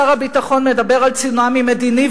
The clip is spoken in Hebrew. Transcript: שר הביטחון מדבר על צונאמי מדיני,